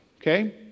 okay